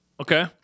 Okay